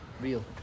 Real